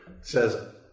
says